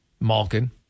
Malkin